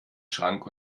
schrank